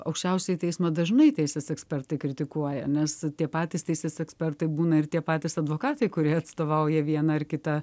aukščiausiojo teismo dažnai teisės ekspertai kritikuoja nes tie patys teisės ekspertai būna ir tie patys advokatai kurie atstovauja vieną ar kitą